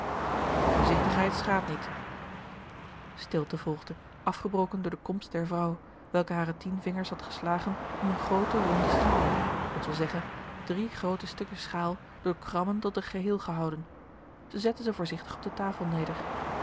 voorzigtigheid schaadt niet stilte volgde afgebroken door de komst der vrouw welke hare tien vingers had geslagen om eene groote ronde schaal dat wil zeggen drie groote stukken schaal door krammen tot een geheel gehouden zij zette ze voorzigtig op de tafel neder